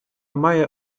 має